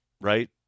right